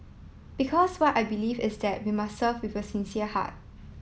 because what I believe is that we must serve with a sincere heart